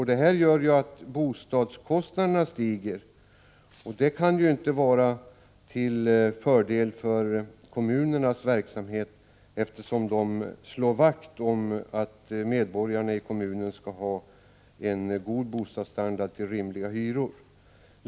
Detta gör att bostadskostnaderna stiger. Det kan inte vara till fördel för kommunernas verksamhet, eftersom man där slår vakt om att medborgarna skall ha en god bostadsstandard till rimliga hyror.